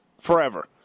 forever